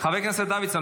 חבר הכנסת דוידסון,